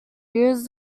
used